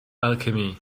alchemy